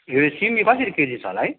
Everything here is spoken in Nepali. ए सिमी कसरी केजी छ होला है